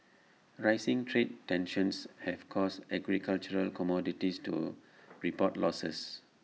rising trade tensions have caused agricultural commodities to report losses